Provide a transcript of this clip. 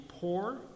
poor